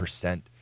percent